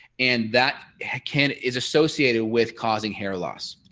and that can is associated with causing hair loss.